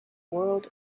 world